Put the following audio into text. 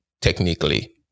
technically